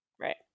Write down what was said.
Right